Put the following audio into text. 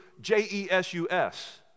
j-e-s-u-s